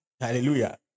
hallelujah